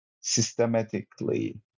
systematically